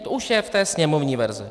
To už je v té sněmovní verzi.